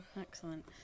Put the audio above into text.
Excellent